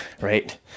right